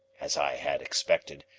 as i had expected,